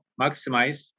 maximize